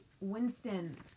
Winston